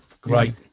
great